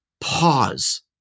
Pause